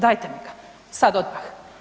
Dajte mi ga, sad odmah.